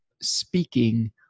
speaking